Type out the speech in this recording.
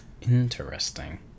interesting